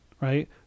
right